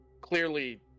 clearly